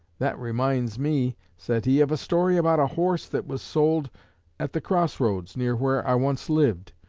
that reminds me said he, of a story about a horse that was sold at the cross-roads near where i once lived.